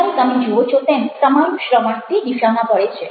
ત્યારે તમે જુઓ છો તેમ તમારું શ્રવણ તે દિશામાં વળે છે